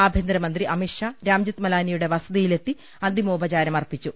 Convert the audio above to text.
ആഭ്യന്തരമന്ത്രി അമിത്ഷാ രാംജത്ത് മലാനിയുടെ വസതിയിലെത്തി അന്തിമോപചാരമർപ്പിച്ചു